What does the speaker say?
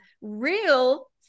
Real